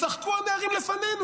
ישחקו הנערים לפנינו.